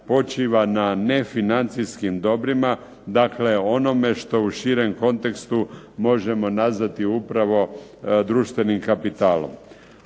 počiva na nefinancijskim dobrima, dakle onome što u širem kontekstu možemo nazvati upravo društvenim kapitalom.